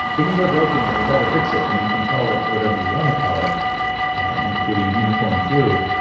things are broken. and you better fix it and you can call it whatever you want to call it including unicorn flu.